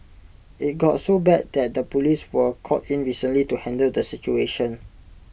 IT got so bad that the Police were called in recently to handle the situation